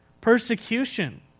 persecution